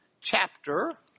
Chapter